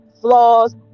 flaws